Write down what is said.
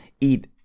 eat